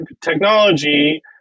technology